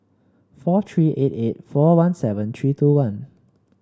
four three eight eight four one seven three two one